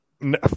No